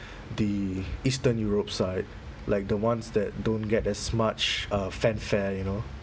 the eastern europe side like the ones that don't get as much uh fanfare you know